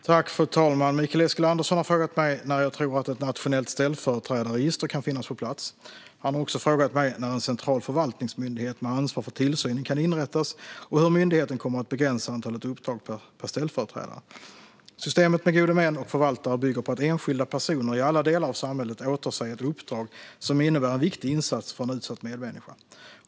Fru talman! har frågat mig när jag tror att ett nationellt ställföreträdarregister kan finnas på plats. Han har också frågat mig när en central förvaltningsmyndighet med ansvar för tillsynen kan inrättas och hur myndigheten kommer att begränsa antalet uppdrag per ställföreträdare. Systemet med gode män och förvaltare bygger på att enskilda personer i alla delar av samhället åtar sig ett uppdrag som innebär en viktig insats för en utsatt medmänniska.